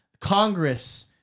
Congress